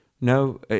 No